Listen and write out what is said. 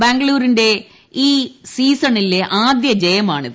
ബാംഗ്ലൂരിന്റെ ഈ സീസണിലെ ആദ്യ ജയമാണിത്